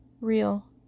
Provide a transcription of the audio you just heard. Real